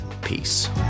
Peace